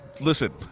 listen –